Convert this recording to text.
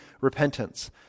repentance